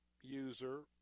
user